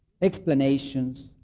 Explanations